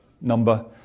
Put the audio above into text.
number